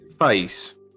face